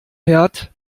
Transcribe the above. herd